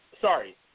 sorry